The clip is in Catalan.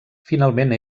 finalment